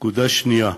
נקודה שנייה: